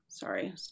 Sorry